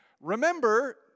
Remember